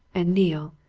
and neale,